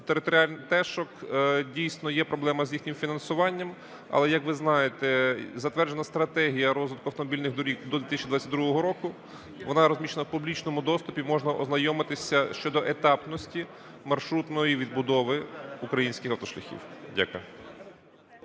У випадку, те, що, дійсно, є проблема з їхнім фінансуванням. Але, як ви знаєте, затверджена стратегія розвитку автомобільних доріг до 2020 року, вона розміщена в публічному доступі. Можна ознайомитись щодо етапності маршрутної відбудови українських автошляхів. Дякую.